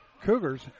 Cougars